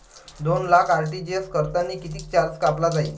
दोन लाख आर.टी.जी.एस करतांनी कितीक चार्ज कापला जाईन?